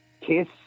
KISS